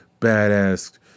badass